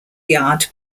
yard